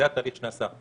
זה התהליך שנעשה.